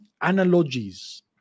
analogies